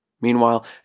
Meanwhile